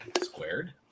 squared